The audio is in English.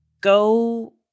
go